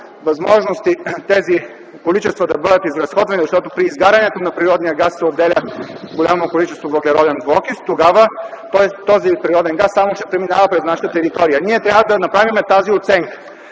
възможности тези количества да бъдат изразходвани, защото при изгарянето на природния газ се отделя голямо количество въглероден двуокис, тогава този природен газ само ще преминава през нашата територия. Ние трябва да направим тази оценка.